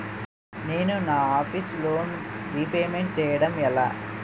నేను నా office loan repayment చేయడం ఎలా?